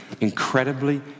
incredibly